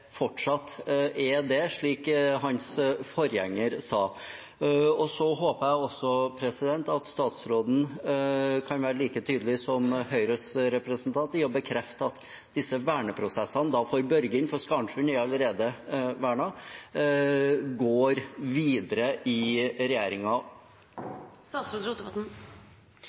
fortsatt er det, slik hans forgjenger sa. Så håper jeg også at statsråden kan være like tydelig som Høyres representant i å bekrefte at verneprosessen for Børgin – for Skarnsundet er allerede vernet – går videre i